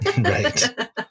Right